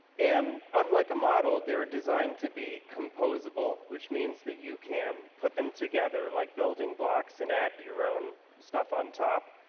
and unlike a model, they're designed to be composable, which means you can put them together like building blocks and add your own stuff on top,